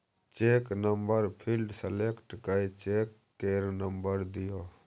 cheque number field select कए cheque केर number दियौ